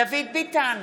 דוד ביטן,